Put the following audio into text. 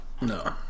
no